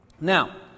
Now